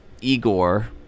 Igor